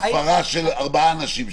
בהפרה של שלושה או ארבעה אנשים.